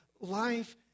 life